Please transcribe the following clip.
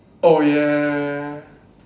oh ya